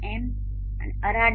m અને arradB